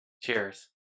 Cheers